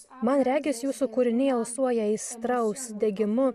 man regis jūsų kūriniai alsuoja aistra užsidegimu